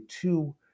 two